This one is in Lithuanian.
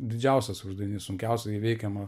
didžiausias uždavinys sunkiausiai įveikiama